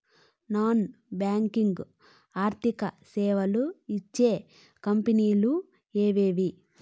Non banking ఆర్థిక సేవలు ఇచ్చే కంపెని లు ఎవేవి?